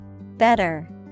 Better